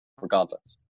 regardless